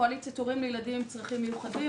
קואליציית הורים לילדים עם צרכים מיוחדים,